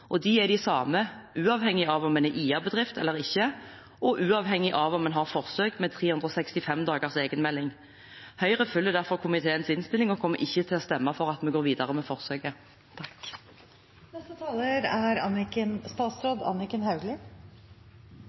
og de er de samme, uavhengig av om man er IA-bedrift eller ikke, og uavhengig av om man har forsøk med 365 dagers egenmelding. Høyre følger derfor komiteens innstilling og kommer ikke til å stemme for at vi går videre med forsøket. Sykefraværet i Norge er